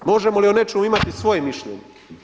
Možemo li o nečemu imati svoje mišljenje?